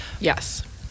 Yes